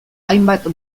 hainbat